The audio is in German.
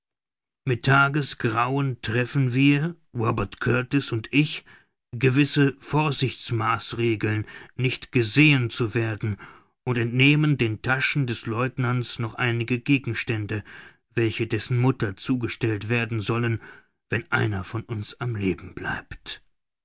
mit tagesgrauen treffen wir robert kurtis und ich gewisse vorsichtsmaßregeln nicht gesehen zu werden und entnehmen den taschen des lieutenants noch einige gegenstände welche dessen mutter zugestellt werden sollen wenn einer von uns am leben bleibt